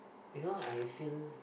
you know I feel